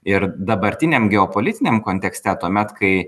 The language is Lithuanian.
ir dabartiniam geopolitiniam kontekste tuomet kai